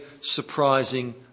surprising